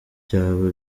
byaba